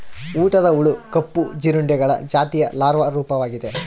ಊಟದ ಹುಳು ಕಪ್ಪು ಜೀರುಂಡೆಗಳ ಜಾತಿಯ ಲಾರ್ವಾ ರೂಪವಾಗಿದೆ